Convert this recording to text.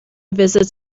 visits